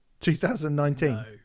2019